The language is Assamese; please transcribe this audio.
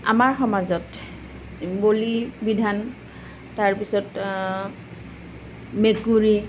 আমাৰ সমাজত বলি বিধান তাৰ পিছত মেকুৰী